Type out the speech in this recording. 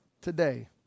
today